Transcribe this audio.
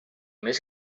més